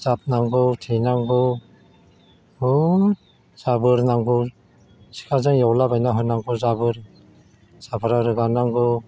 जाबनांगौ थेनांगौ बहुद जाबोर नांगौ सिखाजों एवलाबायना होनांगौ जाबोर साफ्रा रोगानांगौ